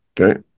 Okay